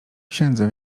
księdze